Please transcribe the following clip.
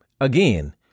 Again